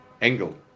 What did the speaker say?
engel